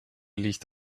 liegt